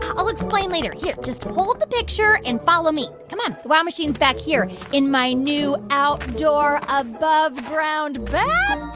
i'll explain later. here just hold the picture and follow me. come on. the wow machine's back here in my new outdoor above-ground bathtub